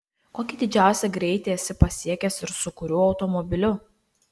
kokį didžiausią greitį esi pasiekęs ir su kuriuo automobiliu